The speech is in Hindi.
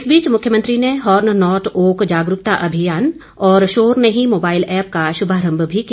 इस बीच मुख्यमंत्री ने हार्न नोट ओक जागरूकता अभियान और शोर नहीं मोबाईल ऐप्प का शुभारम्भ भी किया